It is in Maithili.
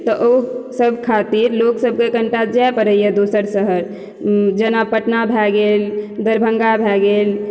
तऽ ओ सब खातिर लोक सबके कनिटा जाए परैया दोसर शहर जेना पटना भए गेल दरभंगा भए गेल